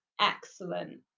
excellent